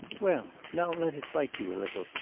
well, now let it bite you a little,